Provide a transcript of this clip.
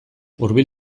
hurbil